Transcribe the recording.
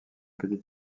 petit